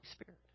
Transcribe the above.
Spirit